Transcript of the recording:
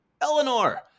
Eleanor